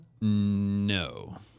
No